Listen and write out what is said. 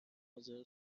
حاضر